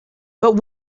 but